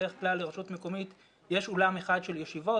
בדרך כלל לרשות מקומית יש אולם אחד של ישיבות.